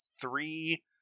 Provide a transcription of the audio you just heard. three